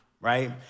right